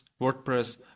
WordPress